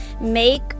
make